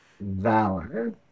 Valor